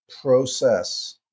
process